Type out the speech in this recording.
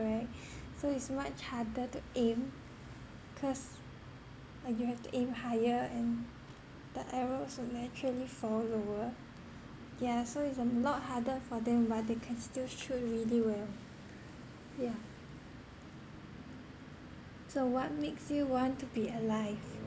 right so it's much harder to aim cause like you have to aim higher and the arrow also naturally fall over yeah so it's a lot harder for them but they can still shoot really well yeah so what makes you want to be alive